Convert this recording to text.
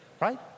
Right